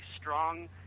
strong